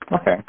Okay